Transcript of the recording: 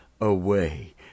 away